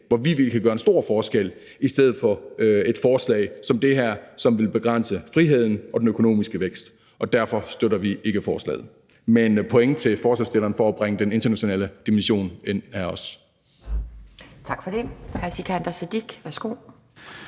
hvor vi virkelig kan gøre en stor forskel, i stedet for et forslag som det her, som vil begrænse friheden og den økonomiske vækst. Derfor støtter vi ikke forslaget. Men vi giver point til forslagsstillerne for at bringe den internationale dimension ind her også.